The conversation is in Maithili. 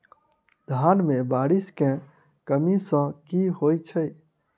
धान मे बारिश केँ कमी सँ की होइ छै?